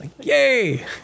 Yay